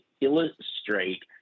illustrate